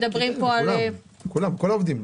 כל העובדים.